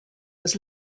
was